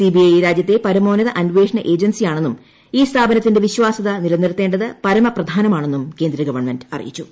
CBI രാജ്യത്തെ പരമോന്നത അന്വേഷണ ഏജൻസിയാണെന്നും ഈ സ്ഥാപനത്തിന്റെ വിശ്വാസ്യത നിലനിർത്തേണ്ടത് പരമപ്രധാനമാണെന്നും കേന്ദ്ര ഗവൺമെന്റ് അറിയിച്ചു